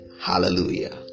Hallelujah